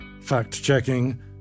Fact-checking